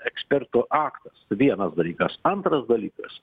eksperto aktas vienas dalykas antras dalykas